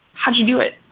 how do you do it?